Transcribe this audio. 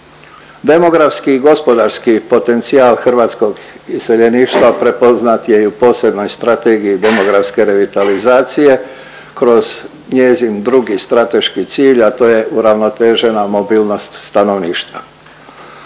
Demografski i gospodarski potencijal hrvatskog iseljeništva prepoznat je i u posebnoj Strategiji demografske revitalizacije, kroz njezin drugi strateški cilj, a to je uravnotežena mobilnost stanovništva.